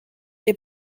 est